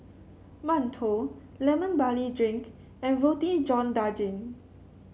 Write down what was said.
mantou Lemon Barley Drink and Roti John Daging